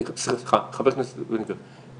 סגן השר לביטחון הפנים יואב סגלוביץ': חבר הכנסת בן גביר,